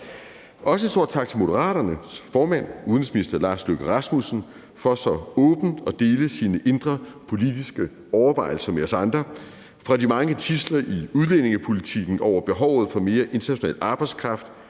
Også en stor tak til Moderaternes formand, udenrigsministeren, for så åbent at dele sine indre politiske overvejelser med os andre; fra de mange tidsler i udlændingepolitikken over behovet for mere international arbejdskraft,